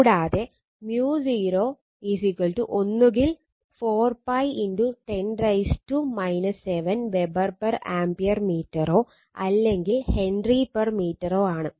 കൂടാതെ μ0 ഒന്നുകിൽ 4π10 7 weber per ampere മീറ്ററോ അല്ലെങ്കിൽ ഹെൻറി പെർ മീറ്ററോ ആണ്